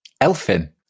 elfin